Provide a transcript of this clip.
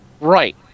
Right